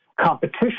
competition